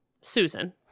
Susan